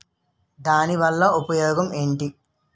దాని వల్ల ఉపయోగం ఎంటి?